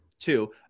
Two